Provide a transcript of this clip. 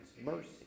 mercy